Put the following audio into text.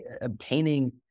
obtaining